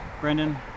Brendan